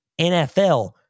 NFL